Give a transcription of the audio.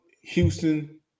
Houston